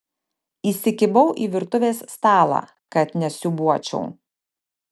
įsikibau į virtuvės stalą kad nesiūbuočiau